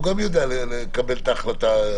הוא גם יודע לקבל את ההחלטה.